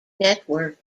network